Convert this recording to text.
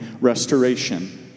restoration